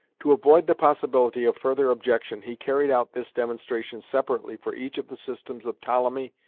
to avoid the possibility of further objection he carried out this demonstration separately for each of the systems of ptolemy,